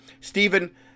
Stephen